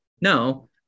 No